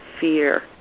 fear